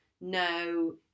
no